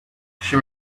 she